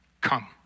Come